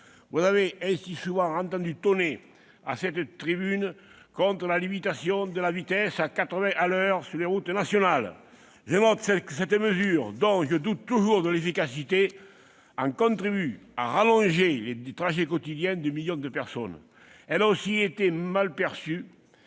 vous m'avez souvent entendu tonner à cette tribune contre la limitation de la vitesse à quatre-vingts kilomètres par heure sur les routes nationales. Je note que cette mesure, dont je doute toujours de l'efficacité, contribue à allonger les trajets quotidiens de millions de personnes. Elle a aussi été perçue